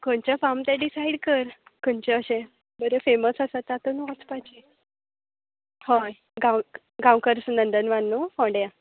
खंयचें फार्म तें डिसायड कर खंयचें अशें बरें फॅमस आसा तातूंत वचपाचें हय गांव गांवकर्स नंदनवन न्हू फोणड्या